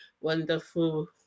wonderful